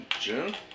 June